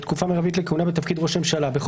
(תקופה מרבית לכהונה בתפקיד ראש הממשלה) הוספת